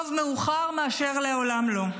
טוב מאוחר מאשר לעולם לא.